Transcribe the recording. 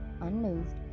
unmoved